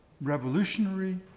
revolutionary